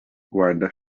guarda